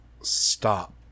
stop